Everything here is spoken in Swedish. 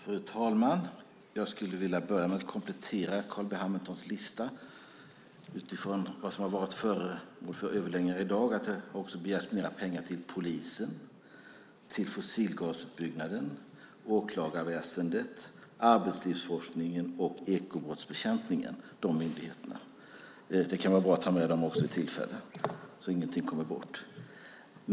Fru talman! Jag skulle vilja börja med att komplettera Carl B Hamiltons lista utifrån vad som varit föremål för överläggningar i dag. Det begärs också mer pengar till polisen, till fossilgasutbyggnaden, åklagarväsendet, arbetslivsforskningen och ekobrottsbekämpningen. Det kan vara bra att ha med dem också så att ingenting kommer bort.